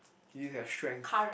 you have strength